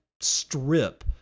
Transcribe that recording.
strip